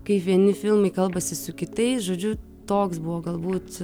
kaip vieni filmai kalbasi su kitais žodžiu toks buvo galbūt